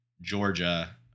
Georgia